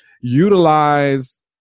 utilize